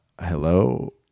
hello